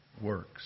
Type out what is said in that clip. works